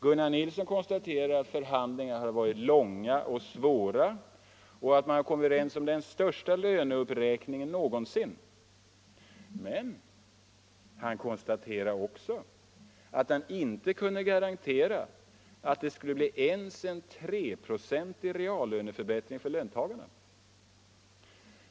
Gunnar Nilsson konstaterade att förhandlingarna hade varit långa och svåra och att man kommit överens om den största löneuppräkningen någonsin. Men han konstaterade också att han inte kunde garantera att det skulle bli ens en treprocentig reallöneförbättring för löntagarna.